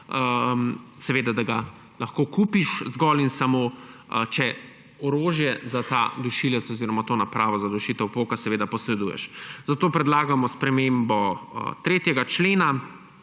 orožja. Lahko ga kupiš zgolj in samo, če orožje za ta dušilec oziroma to napravo za dušitev poka seveda poseduješ. Zato predlagamo spremembo 3. člena,